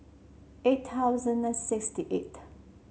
eight thousand and sixty eighth